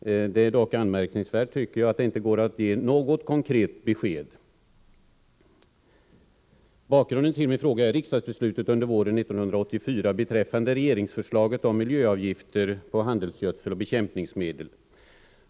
Det är dock anmärkningsvärt att det inte går att få något konkret besked. Bakgrunden till min fråga är riksdagsbeslutet under våren 1984 med anledning av regeringsförslaget om miljöavgifter vid användning av handelsgödsel och bekämpningsmedel.